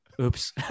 Oops